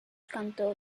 canto